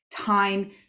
time